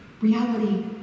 reality